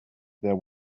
there